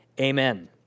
Amen